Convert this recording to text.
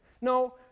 No